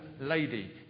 lady